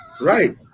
Right